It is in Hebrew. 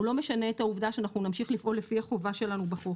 הוא לא משנה את העובדה שאנחנו נמשיך לפעול לפי החובה שלנו בחוק.